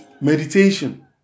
Meditation